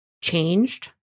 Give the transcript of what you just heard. changed